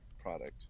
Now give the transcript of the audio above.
product